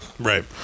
Right